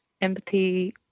empathy